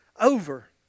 over